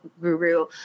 guru